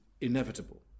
inevitable